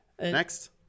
Next